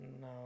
no